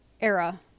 era